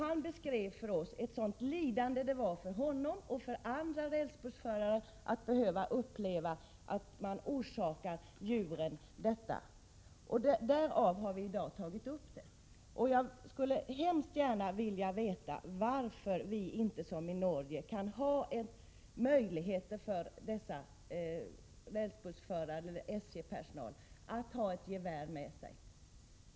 Han beskrev för oss vilket lidande det innebar för honom och andra rälsbussförare att behöva uppleva att man orsakar djuren detta lidande. Därför har vi i dag tagit upp denna fråga. Jag skulle gärna vilja veta varför vi inte — som i Norge — kan ha möjligheter för rälsbussförare och annan SJ-personal att ha gevär med sig.